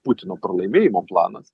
putino pralaimėjimo planas